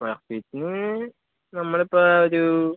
square ഫീറ്റിന് നമ്മളിപ്പോള് ഒരു